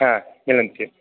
मिलन्ति